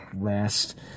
last